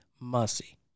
mussy